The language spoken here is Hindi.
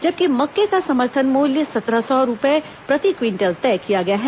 जबकि मक्के का समर्थन मूल्य सत्रह सौ रूपये प्रति क्विंटल तय किया गया है